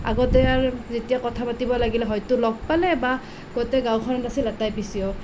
আগতে আৰু যেতিয়া কথা পাতিব লাগিলে হয়তো লগ পালে বা গোটেই গাওঁখনত আছে এটাই পি চি অ'